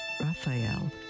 Raphael